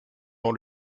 dans